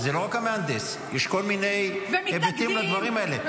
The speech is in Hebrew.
זה לא רק המהנדס, יש כל מיני היבטים לדברים האלה.